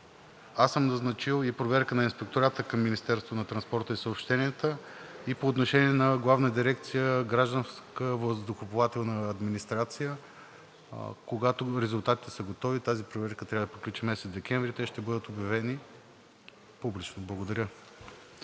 аз съм назначил проверка на Инспектората към Министерството на транспорта и съобщенията и по отношение на Главна дирекция „Гражданска въздухоплавателна администрация“. Когато резултатите са готови – тази проверка трябва да приключи месец декември, ще бъдат обявени публично. Благодаря.